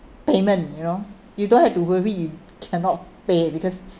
payment you know you don't have to worry you cannot pay because